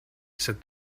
said